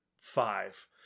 five